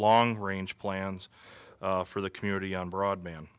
long range plans for the community on broadband